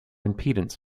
impedance